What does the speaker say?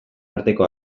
arteko